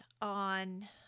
on